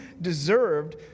deserved